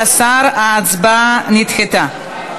והשר, ההצבעה נדחתה.